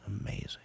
Amazing